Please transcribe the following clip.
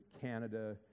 canada